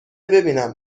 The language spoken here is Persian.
ببینم